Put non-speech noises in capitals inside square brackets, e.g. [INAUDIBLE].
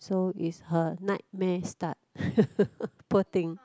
so is her nightmare start [LAUGHS] poor thing